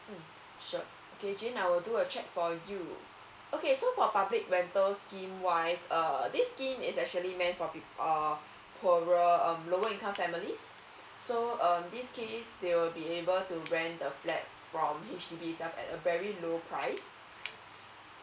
mm sure okay jane I will do a check for you okay so for public rental scheme wise err this scheme is actually meant for uh poorer um lower income families so um this case they will be able to rent a flat at H_D_B itself at a very low price